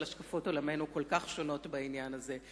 אבל השקפות עולמנו כל כך שונות בעניין הזה,